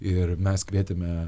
ir mes kvietėme